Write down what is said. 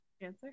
answer